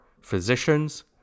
physicians